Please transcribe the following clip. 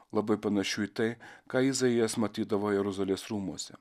labai panašiu į tai ką izaijas matydavo jeruzalės rūmuose